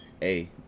hey